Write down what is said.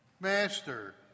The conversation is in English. Master